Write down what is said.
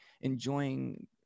enjoying